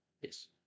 Yes